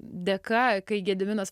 dėka kai gediminas